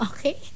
Okay